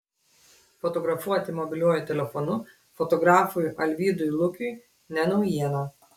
fotografuoti mobiliuoju telefonu fotografui alvydui lukiui ne naujiena